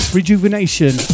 Rejuvenation